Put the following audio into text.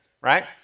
right